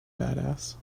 badass